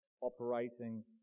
operating